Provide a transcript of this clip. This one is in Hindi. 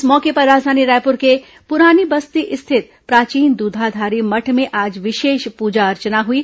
इस मौके पर राजधानी रायपुर के पुरानी बस्ती रिथत प्राचीन दूधाधारी मठ में आज विशेष पूजा अर्चना हुई